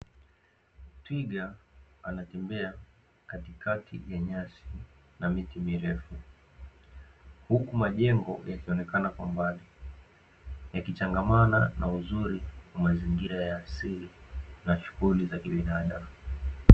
Twiga anatembea katikati ya nyasi na miti mirefu, huku majengo yakionekana kwa mbali, yakichangamana na uzuri wa mazingira ya asili na shughuli za kibinadamu.